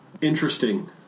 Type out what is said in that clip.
interesting